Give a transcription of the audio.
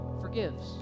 forgives